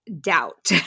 doubt